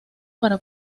para